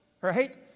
right